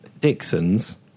dixon's